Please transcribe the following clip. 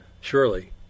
surely